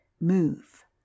move